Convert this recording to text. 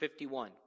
51